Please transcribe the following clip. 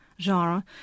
Genre